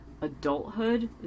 adulthood